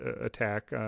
attack